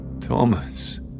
Thomas